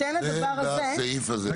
זה הערה לסעיף הזה.